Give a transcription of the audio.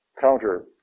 counter